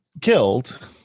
killed